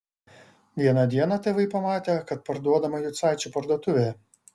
vieną dieną tėvai pamatė kad parduodama jucaičių parduotuvė